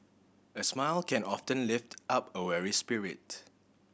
a smile can often lift up a weary spirit